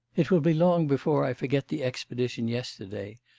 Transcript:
it will be long before i forget the expedition yesterday.